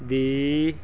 the